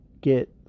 get